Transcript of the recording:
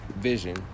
vision